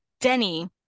Denny